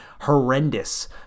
horrendous